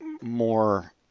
more